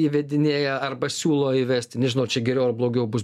įvedinėja arba siūlo įvesti nežinau ar čia geriau ar blogiau bus